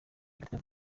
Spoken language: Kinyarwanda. gatete